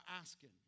asking